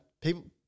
people